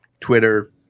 Twitter